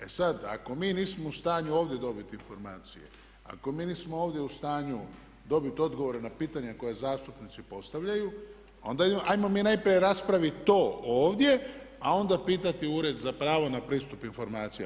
E sad ako mi nismo u stanju ovdje dobiti informacije, ako mi nismo ovdje u stanju dobiti odgovore na pitanja koja zastupnici postavljaju onda ajmo mi najprije raspraviti to ovdje a onda pitati ured za pravo za pristup informacija.